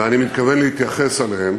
ואני מתכוון להתייחס אליהם,